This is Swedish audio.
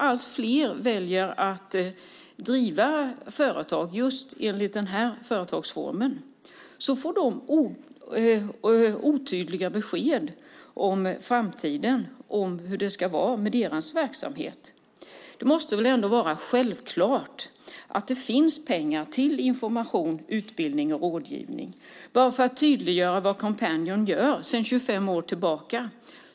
Allt fler väljer att driva företag i den här företagsformen. De får otydliga besked om framtiden och hur det ska gå med deras verksamhet. Det måste vara självklart att det ska finnas pengar till information, utbildning och rådgivning. Låt mig tydliggöra vad Coompanion gör sedan 25 år tillbaka.